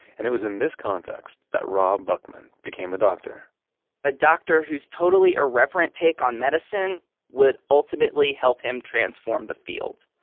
and it was in this context that rob buckman became a doctor a doctor who's totally irreverent take on medicine would ultimately help him transform the field